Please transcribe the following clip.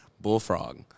bullfrog